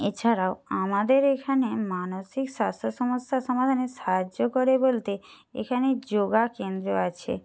এছাড়াও আমাদের এখানে মানসিক স্বাস্থ্য সমস্যা সমাধানে সাহায্য করে বলতে এখানে যোগা কেন্দ্র আছে